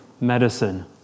medicine